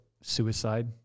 suicide